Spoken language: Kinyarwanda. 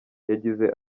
yagize